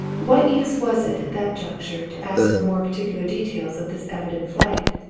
what use was it, at that juncture, to ask for more particular details of this evident flight?